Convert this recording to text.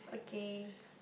okay